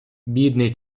бідний